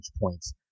points